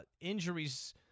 injuries